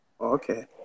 Okay